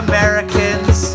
Americans